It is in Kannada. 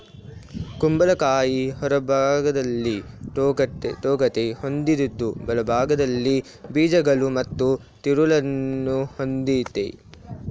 ಕುಂಬಳಕಾಯಿ ಹೊರಭಾಗ್ದಲ್ಲಿ ತೊಗಟೆ ಹೊಂದಿದ್ದು ಒಳಭಾಗ್ದಲ್ಲಿ ಬೀಜಗಳು ಮತ್ತು ತಿರುಳನ್ನು ಹೊಂದಯ್ತೆ